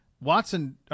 Watson